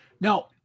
Now